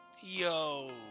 Yo